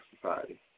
society